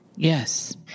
Yes